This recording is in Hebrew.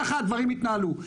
ככה הדברים יתנהלו.